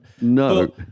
No